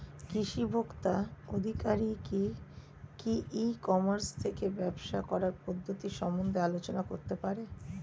কৃষি ভোক্তা আধিকারিক কি ই কর্মাস থেকে ব্যবসা করার পদ্ধতি সম্বন্ধে আলোচনা করতে পারে?